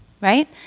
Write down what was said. right